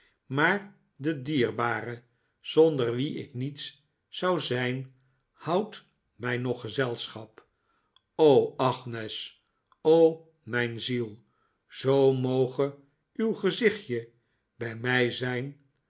maar de dierbare zonder wie ik niets zou zijn houdt mij nog gezelschap v o agnes o mijn ziel zoo moge uw gezichtje bij mij zijn